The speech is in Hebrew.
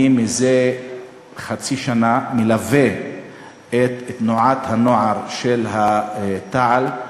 אני זה חצי שנה מלווה את תנועת הנוער של תע"ל,